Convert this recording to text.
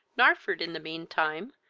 narford, in the mean time,